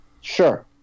Sure